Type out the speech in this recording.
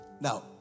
Now